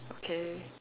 okay